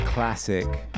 Classic